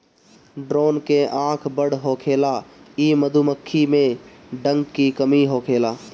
drone के आँख बड़ होखेला इ मधुमक्खी में डंक के कमी होखेला